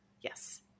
Yes